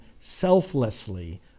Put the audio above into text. selflessly